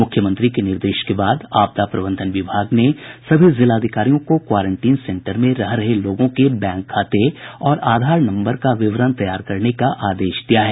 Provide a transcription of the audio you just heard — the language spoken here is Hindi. मूख्यमंत्री के निर्देश के बाद आपदा प्रबंधन विभाग ने सभी जिलाधिकारियों को क्वारेंटीन सेंटर में रह रहे लोगों के बैंक खाते और आधार नम्बर का विवरण तैयार करने का आदेश दिया है